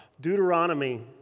Deuteronomy